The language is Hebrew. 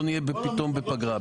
לא נהיה פתאום בפגרה.